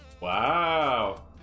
Wow